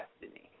destiny